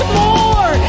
more